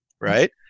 right